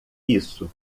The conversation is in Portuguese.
isso